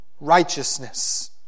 righteousness